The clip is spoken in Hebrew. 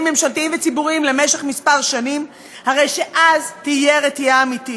ממשלתיים וציבוריים למשך כמה שנים תהיה רתיעה אמיתית.